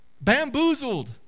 bamboozled